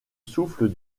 souffle